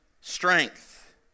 strength